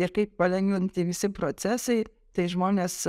ir kaip palengvinti visi procesai tai žmonės